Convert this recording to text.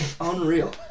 Unreal